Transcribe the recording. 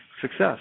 success